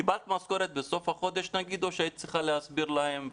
קיבלת משכורת בסוף החודש או שהיית צריכה להסביר להם?